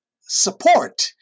support